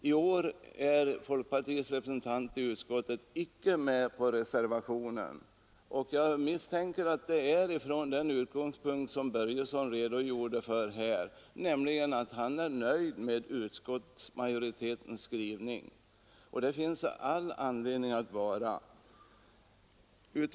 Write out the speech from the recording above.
I år är folkpartiets representant i utskottet icke med på reservationen, och jag misstänker att det beror på just det som herr Börjesson i Falköping redogjorde för: han är nöjd med utskottsmajoritetens skrivning. Det finns det all anledning att vara.